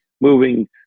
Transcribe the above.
moving